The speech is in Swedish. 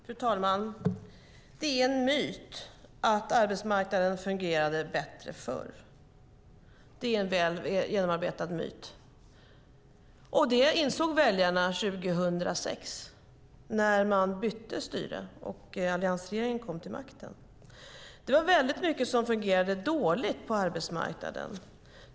Fru talman! Det är en myt att arbetsmarknaden fungerade bättre förr. Det är en väl genomarbetad myt. Det insåg väljarna 2006 när man bytte styre och alliansregeringen kom till makten. Det var mycket som fungerade dåligt på arbetsmarknaden.